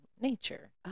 nature